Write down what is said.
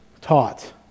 taught